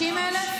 60,000?